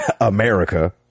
America